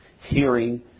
hearing